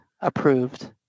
approved